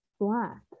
black